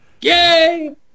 Yay